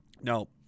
no